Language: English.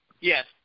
Yes